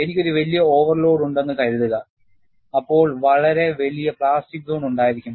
എനിക്ക് ഒരു വലിയ ഓവർലോഡ് ഉണ്ടെന്നു കരുതുക അപ്പോൾ വളരെ വലിയ പ്ലാസ്റ്റിക് സോൺ ഉണ്ടായിരിക്കും